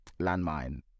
landmine